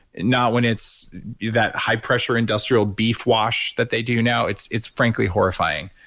not when it's that high pressure industrial beef wash that they do now. it's it's frankly horrifying.